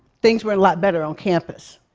things weren't a lot better on campus.